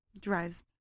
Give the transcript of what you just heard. Drives